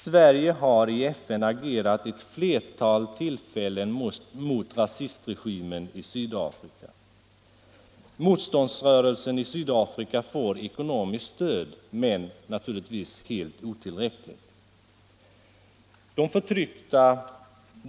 Sverige har i FN vid ett flertal tillfällen agerat mot rasistregimen i Sydafrika. Motståndsrörelsen i Sydafrika får ekonomiskt stöd, men naturligtvis helt otillräckligt.